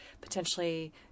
potentially